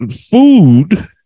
food